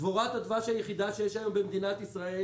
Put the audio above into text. דבורת הדבש היחידה שיש היום במדינת ישראל